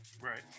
Right